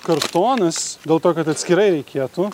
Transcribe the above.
kartonas dėl to kad atskirai reikėtų